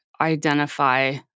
identify